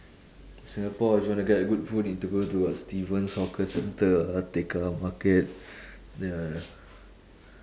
singapore if you wanna get a good food need to go to what stevens hawker center lah tekka market ya ya